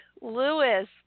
Lewis